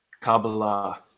Kabbalah